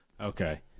Okay